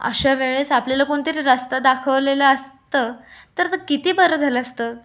अशा वेळेस आपल्याला कोणीतरी रस्ता दाखवलेलं असतं तर त किती बरं झालं असतं